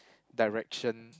direction